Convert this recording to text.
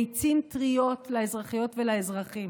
לביצים טריות לאזרחיות ולאזרחים.